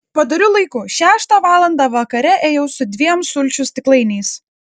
padoriu laiku šeštą valandą vakare ėjau su dviem sulčių stiklainiais